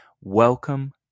welcome